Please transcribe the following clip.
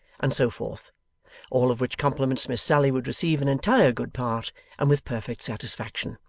and so forth all of which compliments miss sally would receive in entire good part and with perfect satisfaction.